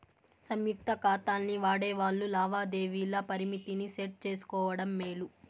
సంయుక్త కాతాల్ని వాడేవాల్లు లావాదేవీల పరిమితిని సెట్ చేసుకోవడం మేలు